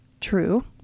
True